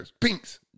Pinks